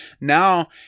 Now